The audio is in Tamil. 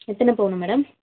எத்தனை பவுன் மேடம்